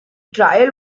trial